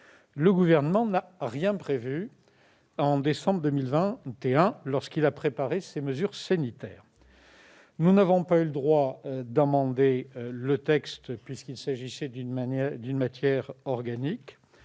Le Gouvernement n'a rien prévu au mois de décembre 2021, lorsqu'il a préparé ses mesures sanitaires. Nous n'avons pas eu le droit d'amender le texte, puisqu'il s'agissait d'une matière organique,